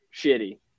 shitty